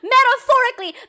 Metaphorically